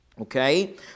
Okay